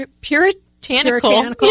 Puritanical